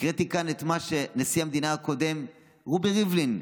הקראתי כאן את מה שנשיא המדינה הקודם רובי ריבלין,